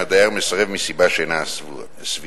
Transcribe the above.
אם הדייר מסרב מסיבה שאינה סבירה.